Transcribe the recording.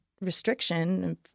restriction